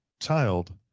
child